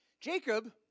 Jacob